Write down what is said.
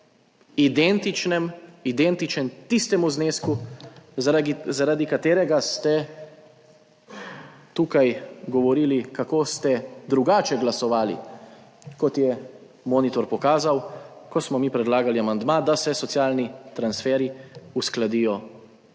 je ta znesek identičen tistemu znesku zaradi, zaradi katerega ste tukaj govorili kako ste drugače glasovali kot je monitor pokazal, ko smo mi predlagali amandma, da se socialni transferji uskladijo